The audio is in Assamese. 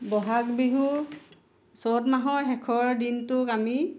বহাগ বিহু চ'ত মাহত শেষৰ দিনটোক আমি